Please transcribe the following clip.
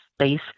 space